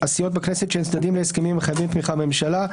- הסיעות בכנסת שהן צדדים להסכמים המחייבים תמיכה בממשלה,